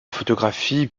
photographie